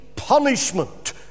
Punishment